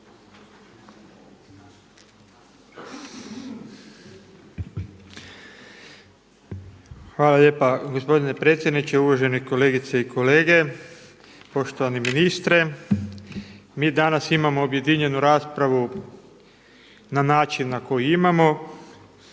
Hvala lijepa gospodine predsjedniče, uvažene kolegice i kolege, poštovani ministre. Mi danas imamo objedinjenu raspravu na način na koji imamo.